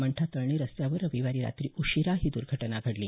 मंठा तळणी रस्त्यावर रविवारी रात्री उशीरा ही दुर्घटना घडली